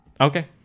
okay